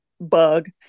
bug